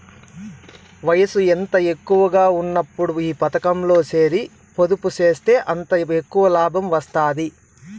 వయసు ఎంత తక్కువగా ఉన్నప్పుడు ఈ పతకంలో సేరి పొదుపు సేస్తే అంత ఎక్కవ లాబం వస్తాది